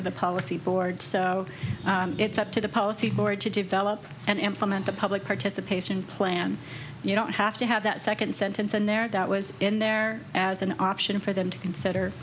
of the policy board so it's up to the policy board to develop and implement a public participation plan they don't have to have that second sentence in there that was in there as an option for them to consider